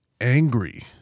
angry